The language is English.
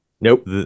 Nope